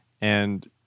And-